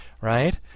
right